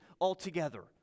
altogether